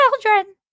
children